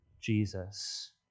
Jesus